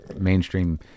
mainstream